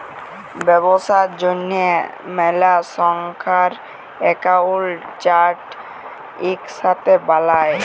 ব্যবসার জ্যনহে ম্যালা সংস্থার একাউল্ট চার্ট ইকসাথে বালায়